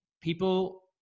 people